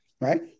right